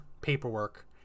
paperwork